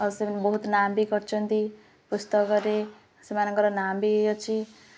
ଆଉ ସେମାନେ ବହୁତ ନାଁ ବି କରିଛନ୍ତି ପୁସ୍ତକରେ ସେମାନଙ୍କର ନାଁ ବି ଅଛି